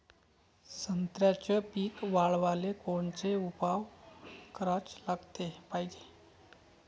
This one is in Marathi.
संत्र्याचं पीक वाढवाले कोनचे उपाव कराच पायजे?